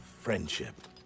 Friendship